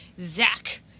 Zach